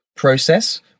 process